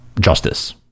justice